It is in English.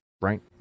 right